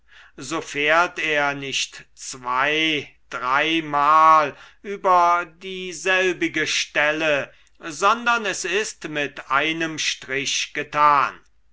so fährt er nicht zwei dreimal über dieselbige stelle sondern es ist mit einem strich getan